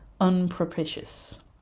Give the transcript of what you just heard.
unpropitious